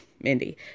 Mindy